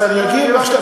אה,